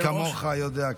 מי כמוך יודע,